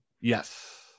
Yes